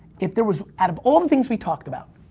if there was out of all the things we talked about,